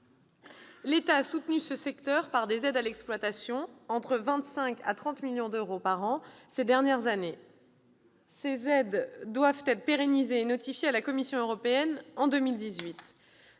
L'État a soutenu ce secteur par des aides à l'exploitation, entre 25 millions d'euros et 30 millions d'euros par an ces dernières années. Ces aides doivent être pérennisées et notifiées à la Commission européenne en 2018.